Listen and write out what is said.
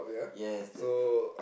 yes that